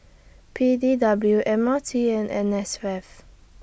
P D W M R T and N S F